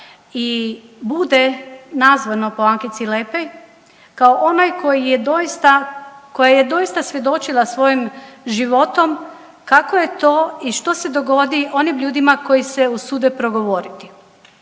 bude nazvano po Ankici Lepej kao onoj koja je doista svjedočila svojim životom kako je to i što se dogodi onim ljudima koji se usude progovoriti.